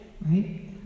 right